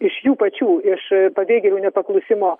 iš jų pačių iš pabėgėlių nepaklusimo